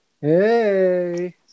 hey